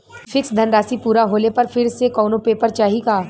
Fix धनराशी पूरा होले पर फिर से कौनो पेपर चाही का?